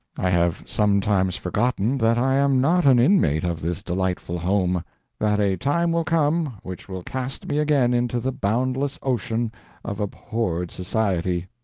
i have sometimes forgotten that i am not an inmate of this delightful home that a time will come which will cast me again into the boundless ocean of abhorred society.